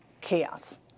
chaos